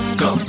go